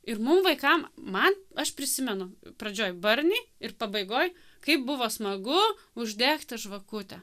ir mum vaikam man aš prisimenu pradžioj barniai ir pabaigoj kaip buvo smagu uždegti žvakutę